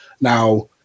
now